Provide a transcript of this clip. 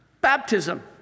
baptism